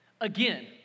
again